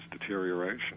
deterioration